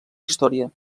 història